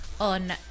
on